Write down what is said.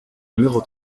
numéro